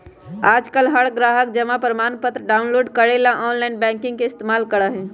आजकल हर ग्राहक जमा प्रमाणपत्र डाउनलोड करे ला आनलाइन बैंकिंग के इस्तेमाल करा हई